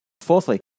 Fourthly